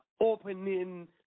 opening